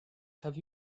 have